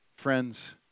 Friends